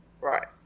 right